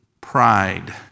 pride